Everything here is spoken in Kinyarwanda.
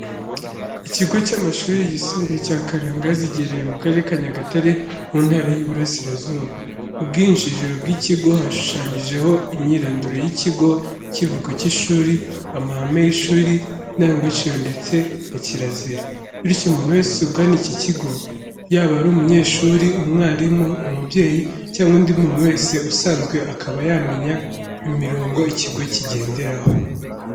Ikigo cy'amashuri yisumbuye cya Karangazi giherereye mu Karere ka Nyagatare mu Ntara y'Uburasirazuba. Mu bwinjiriro bw'iki kigo hashushanyijeho imyirondoro y'iki kigo, ikivugo cy'ishuri, amahame y'ishuri, indangagaciro ndetse na kirazira. Bityo umuntu wese ugana iki kigo, yaba ari umunyeshuri, umwarimu, umubyeyi cyangwa undi muntu wese usanzwe akaba yamenya imirongo ikigo kigenderaho.